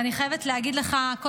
ואני חייבת להגיד לך פה,